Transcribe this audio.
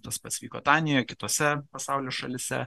tas pats vyko danijoj kitose pasaulio šalyse